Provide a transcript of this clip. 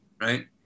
right